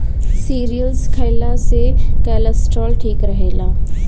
cereals खइला से cholesterol ठीक रहेला